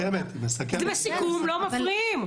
לי בסיכום לא מפריעים.